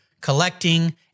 collecting